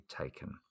taken